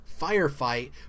firefight